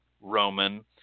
Roman